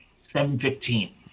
7.15